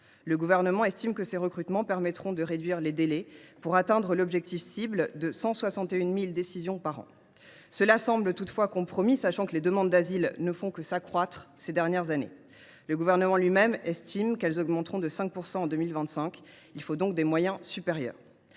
Le Gouvernement estime que ces recrutements permettront de réduire les délais pour atteindre l’objectif cible de 161 000 décisions par an. Cela semble toutefois compromis, sachant que les demandes d’asile ne font que s’accroître ces dernières années. Le Gouvernement lui même estime qu’elles augmenteront de 5 % en 2025. Il faut donc des moyens supérieurs.